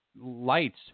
lights